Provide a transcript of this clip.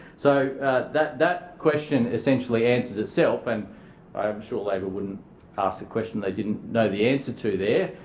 so that that question essentially answers itself and i'm sure labor wouldn't ask a question they didn't know the answer to there,